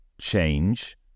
change